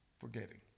Forgetting